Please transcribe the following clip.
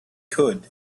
could